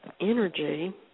energy